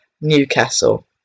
Newcastle